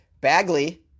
Bagley